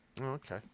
okay